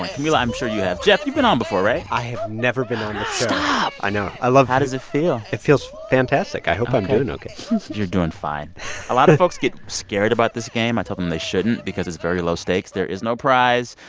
camila, i'm sure you have. geoff, you've been on before, right? i have never been stop i know. i love. how does it feel? it feels fantastic. i hope i'm doing. ok. ok you're doing fine a lot of folks get scared about this game. i tell them they shouldn't because it's very low stakes. there is no prize.